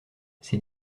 c’est